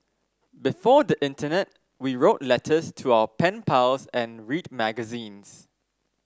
before the internet we wrote letters to our pen pals and read magazines